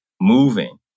moving